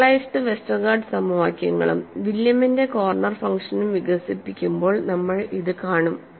generalised Westergaard സമവാക്യങ്ങളും വില്യമിന്റെ corner ഫംഗ്ഷനും വികസിപ്പിക്കുമ്പോൾ നമ്മൾ ഇത് കാണും